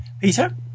Peter